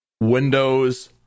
Windows